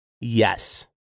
Yes